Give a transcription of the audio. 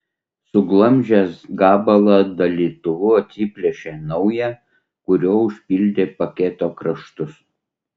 suglamžęs gabalą dalytuvu atsiplėšė naują kuriuo užlipdė paketo kraštus